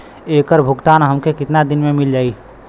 ऐकर भुगतान हमके कितना दिन में मील जाई?